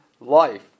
life